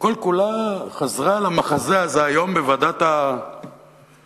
שכל כולה חזרה על המחזה הזה היום בוועדת הכנסת,